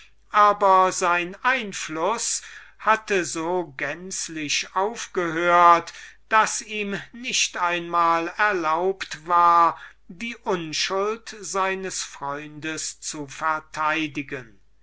aber sein einfluß hatte so gänzlich aufgehört daß ihm nicht einmal erlaubt war die unschuld seines freundes zu verteidigen